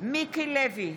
מיקי לוי,